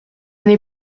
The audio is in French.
n’ai